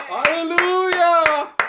Hallelujah